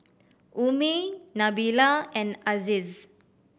Ummi Nabila and Aziz